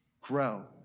grow